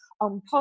on